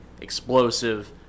explosive